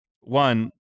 one